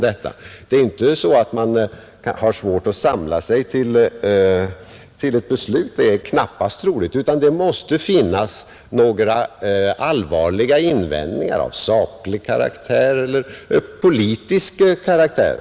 Det är knappast troligt att anledningen är att man har svårt att samla sig till ett beslut utan det måste finnas några allvarliga invändningar av saklig eller politisk karaktär.